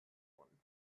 one